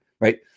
right